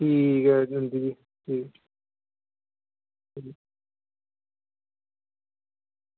ठीक जी ठीक